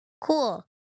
Cool